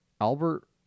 Albert